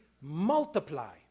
multiply